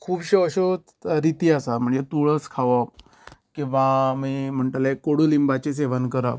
खुबश्यो अश्यो रिती आसा म्हणजे तुळस खावप किंवा आमी म्हाणटले कोडू लिंबाचे सेवन करप